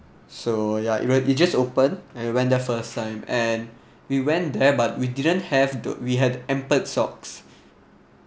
so ya it it just open and we went there first time and we went there but we didn't have the we had ankle socks